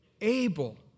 Able